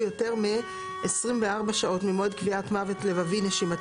יותר מ-24 שעות ממועד קביעת מוות לבבי-נשימתי,